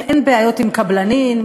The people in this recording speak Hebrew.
אין בעיות עם קבלנים,